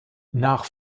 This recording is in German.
nach